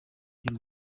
ry’u